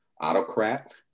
autocrat